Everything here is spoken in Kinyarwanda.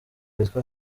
witwa